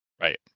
Right